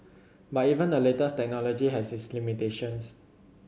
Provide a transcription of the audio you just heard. but even the latest technology has its limitations